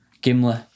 Gimli